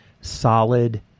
solid